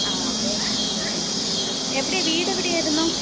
ആ ഓകെ എവിടെയാണ് വീട് എവിടെ ആയിരുന്നു